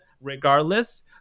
regardless